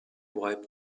wiped